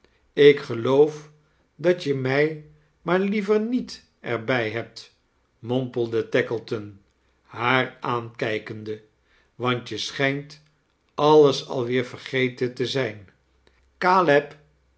ik geloof dat je mij maar liever niet er bij hebt mompelde tackleton haar aankijkende want je sehijnt alles al weer vergeten te zijn